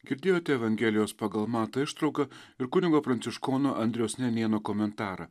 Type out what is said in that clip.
girdėjote evangelijos pagal matą ištrauką ir kunigo pranciškono andriaus nenėno komentarą